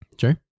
Sure